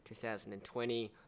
2020